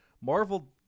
Marvel